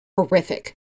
horrific